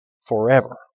forever